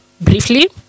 briefly